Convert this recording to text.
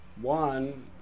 One